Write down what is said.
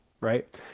right